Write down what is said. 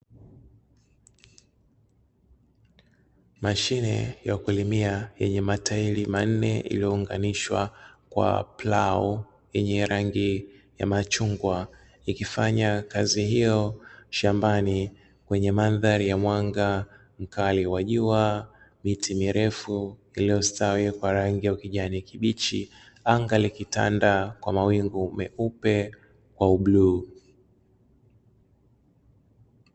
Mashine ya kulimia yenye matairi manne iliyounganishwa kwa plau yenye rangi ya machungwa ikifanya kazi hiyo shambani kwenye mandhari ya mwanga mkali wa jua, miti mirefu iliyostawi kwa rangi ya ukijani kibichi, anga likitanda kwa mawingu meupe na bluu.